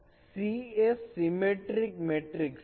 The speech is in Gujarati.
C એ સીમેટ્રિક મેટ્રિકસ છે